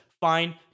fine